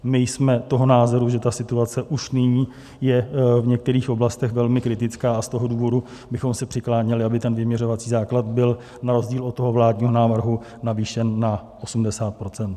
My jsme toho názoru, že ta situace už nyní je v některých oblastech velmi kritická, a z toho důvodu bychom se přikláněli, aby vyměřovací základ byl na rozdíl od toho vládního návrhu navýšen na 80 %.